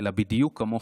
אלא בדיוק כמוכם.